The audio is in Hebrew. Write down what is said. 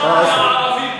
טלב אבו עראר.